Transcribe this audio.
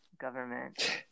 government